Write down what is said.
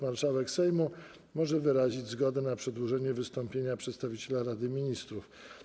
Marszałek Sejmu może wyrazić zgodę na przedłużenie wystąpienia przedstawiciela Rady Ministrów.